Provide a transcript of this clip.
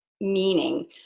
meaning